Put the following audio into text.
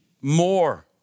more